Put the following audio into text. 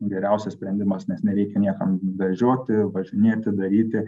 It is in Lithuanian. geriausias sprendimas nes nereikia niekam vežioti važinėti daryti